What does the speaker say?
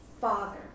Father